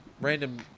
Random